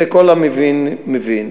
וכל המבין מבין.